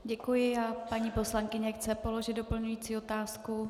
Děkuji a paní poslankyně chce položit doplňující otázku.